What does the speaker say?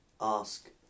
ask